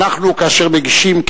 אנחנו כאשר מגישים,